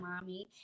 mommy